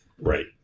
Right